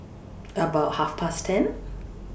about Half Past ten